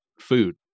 food